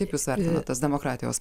kaip jūs vertinat tas demokratijos